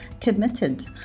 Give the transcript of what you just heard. committed